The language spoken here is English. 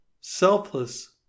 selfless